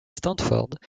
stanford